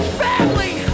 family